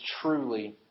truly